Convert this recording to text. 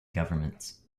governments